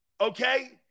okay